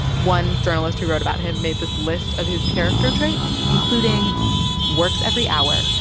one journalist who wrote about him made this list of his character traits, including works every hour,